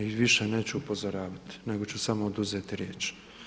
I više neću upozoravati nego ću samo oduzeti riječ.